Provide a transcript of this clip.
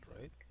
right